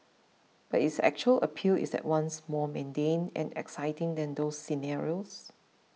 but its actual appeal is at once more mundane and exciting than those scenarios